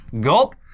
gulp